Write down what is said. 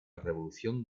revolución